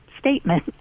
statement